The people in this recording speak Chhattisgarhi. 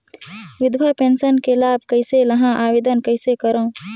विधवा पेंशन के लाभ कइसे लहां? आवेदन कइसे करव?